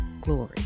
glory